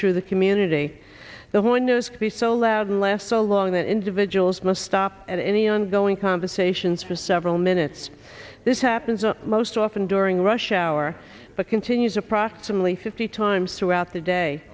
through the community the windows can be so loud and last so long that individuals must stop at any ongoing conversations for several minutes this happens most often during rush hour but continues approximately fifty times throughout the day